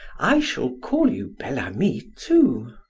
i shall call you bel-ami, too!